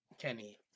Kenny